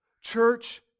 Church